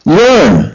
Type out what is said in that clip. learn